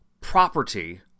property